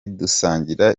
dusangira